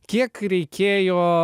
kiek reikėjo